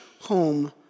home